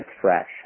fresh